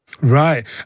Right